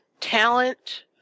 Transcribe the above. talent